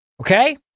Okay